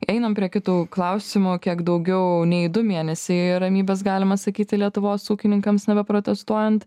einam prie kitų klausimų kiek daugiau nei du mėnesiai ramybės galima sakyti lietuvos ūkininkams nebeprotestuojant